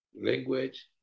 language